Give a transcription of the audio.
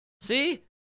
See